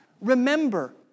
Remember